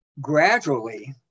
gradually